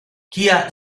kia